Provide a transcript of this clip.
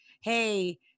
hey